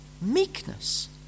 meekness